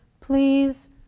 please